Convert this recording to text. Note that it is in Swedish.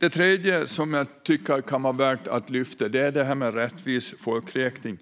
Det sista som jag tycker kan vara värt att lyfta fram är rättvis folkräkning.